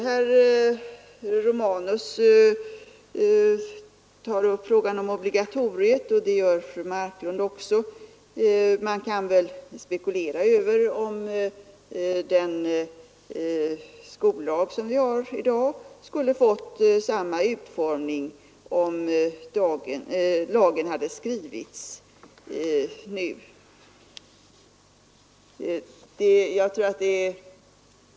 Herr Romanus tog upp frågan om obligatoriet, och det gjorde fru Marklund också. Man kan spekulera över om den skollag som vi har i dag skulle ha fått samma utformning om lagen hade skrivits nu.